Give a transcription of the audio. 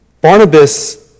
Barnabas